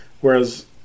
whereas